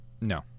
No